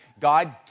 God